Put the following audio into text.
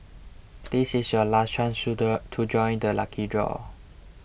this is your last chance to the to join the lucky draw